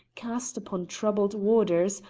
cast upon troubled waters,